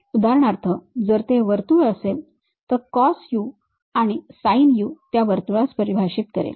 उदाहरणार्थ जर ते वर्तुळ असेल तर cos आणि sin त्या वर्तुळास परिभाषित करेल